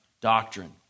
doctrine